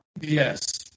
yes